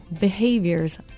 behaviors